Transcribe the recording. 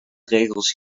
regels